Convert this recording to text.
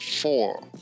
four